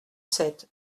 sept